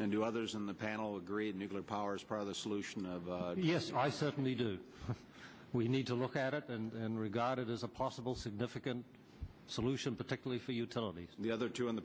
and to others in the panel agreed nuclear power is part of the solution of yes and i certainly do we need to look at it and regard it as a possible significant solution particularly for utilities and the other two on the